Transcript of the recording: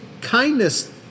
kindness